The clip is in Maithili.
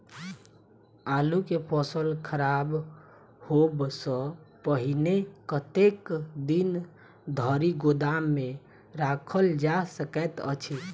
आलु केँ फसल खराब होब सऽ पहिने कतेक दिन धरि गोदाम मे राखल जा सकैत अछि?